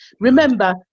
Remember